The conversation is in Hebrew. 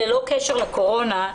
ללא קשר לקורונה,